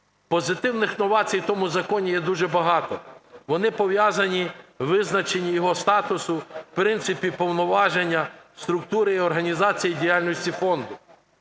Позитивних новацій в тому законі є дуже багато, вони пов'язані у визначенні його статусу, принципі повноваження, структури і організації діяльності фонду.